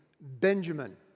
Benjamin